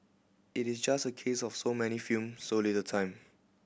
it is just a case of so many film so little time